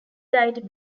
died